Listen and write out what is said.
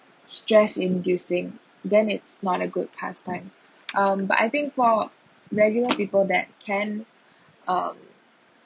stress inducing then it's not a good pastime um but I think for regular people that can um